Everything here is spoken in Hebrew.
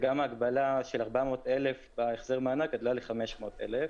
וגם ההגבלה של 400,000 בהחזר מענק גדלה ל-500,000.